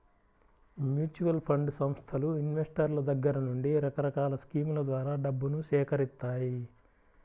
mutual fund సంస్థలు ఇన్వెస్టర్ల దగ్గర నుండి రకరకాల స్కీముల ద్వారా డబ్బును సేకరిత్తాయి